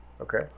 Okay